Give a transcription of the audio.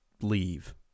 leave